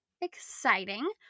exciting